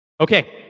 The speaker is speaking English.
Okay